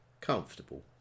Comfortable